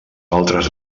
altres